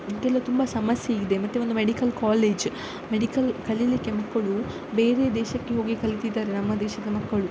ಇದೆಲ್ಲ ತುಂಬ ಸಮಸ್ಯೆ ಇದೆ ಮತ್ತು ಒಂದು ಮೆಡಿಕಲ್ ಕಾಲೇಜ ಮೆಡಿಕಲ್ ಕಲಿಯಲಿಕ್ಕೆ ಮಕ್ಕಳು ಬೇರೆ ದೇಶಕ್ಕೆ ಹೋಗಿ ಕಲೀತಿದ್ದಾರೆ ನಮ್ಮ ದೇಶದ ಮಕ್ಕಳು